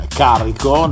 carico